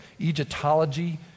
Egyptology